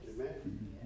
amen